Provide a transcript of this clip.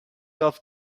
off